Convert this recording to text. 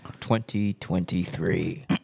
2023